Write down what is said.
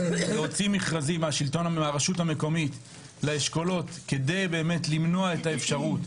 להוציא מכרזים מהרשות המקומית לאשכולות כדי למנוע את האפשרות